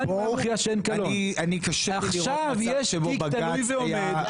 עכשיו יש תיק תלוי ועומד,